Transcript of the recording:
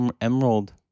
Emerald